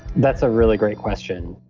that's a really great question.